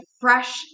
fresh